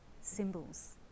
symbols